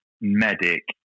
medic